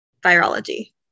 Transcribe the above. virology